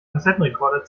kassettenrekorder